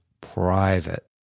private